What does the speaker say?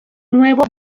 nuevo